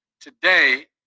Today